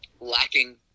lacking